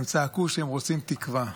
הם צעקו שהם רוצים תקווה,